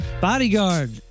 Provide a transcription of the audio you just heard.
bodyguard